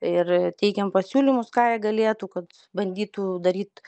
ir teikiam pasiūlymus ką jie galėtų kad bandytų daryt